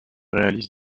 réalise